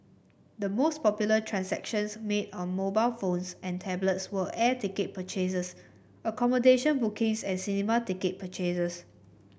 the most popular transactions made on mobile phones and tablets were air ticket purchases accommodation bookings and cinema ticket purchases